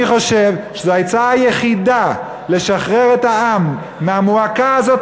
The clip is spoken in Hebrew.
אני חושב שזו העצה היחידה לשחרר את העם מהמועקה הזאת,